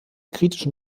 kritischen